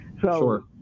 Sure